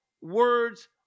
words